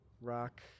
rock